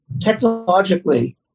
technologically